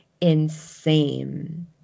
insane